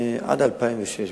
עד 2006 בערך.